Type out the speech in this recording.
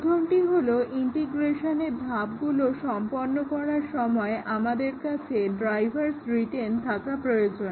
প্রথমটি হলো ইন্টিগ্রেশনের ধাপগুলো সম্পন্ন করার সময় আমাদের কাছে ড্রাইভারস রিটেন থাকা প্রয়োজন